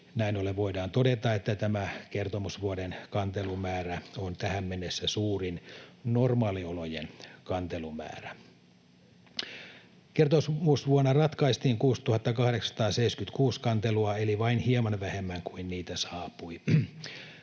Näin ollen voidaan todeta, että tämä kertomusvuoden kantelumäärä on tähän mennessä suurin normaaliolojen kantelumäärä. Kertomusvuonna ratkaistiin 6 876 kantelua, eli vain hieman vähemmän kuin niitä saapui.